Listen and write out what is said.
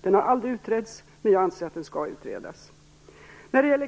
Den har aldrig utretts, men jag anser att den skall utredas. Det sker inga